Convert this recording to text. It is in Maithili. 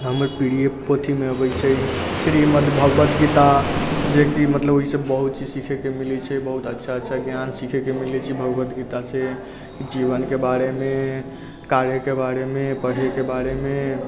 हमर प्रिय पोथीमे अबै छै श्रीमद्भगवतगीता जेकि मतलब ओहिसँ बहुत चीज सिखैके मिलै छै बहुत अच्छा अच्छा ज्ञान सिखैके मिलै छै भगवतगीतासँ जीवनके बारेमे कार्यके बारेमे पढ़ैके बारेमे